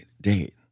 date